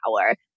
power